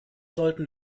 sollten